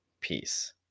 peace